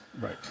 Right